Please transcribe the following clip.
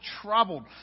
troubled